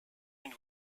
une